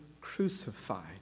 crucified